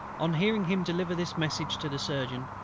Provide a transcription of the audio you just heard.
on hearing him deliver this message to the surgeon,